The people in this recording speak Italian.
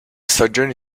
stagioni